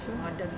true